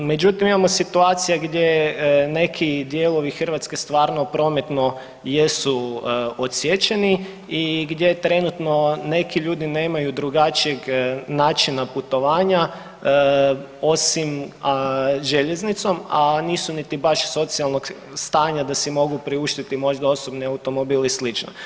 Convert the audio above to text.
Međutim, imamo situacija gdje neki dijelovi Hrvatske stvarno prometno jesu odsječeni i gdje trenutno neki ljudi nemaju drugačijeg načina putovanja osim željeznicom, a nisu baš niti socijalnog stanja da si mogu priuštiti možda osobni automobil ili slično.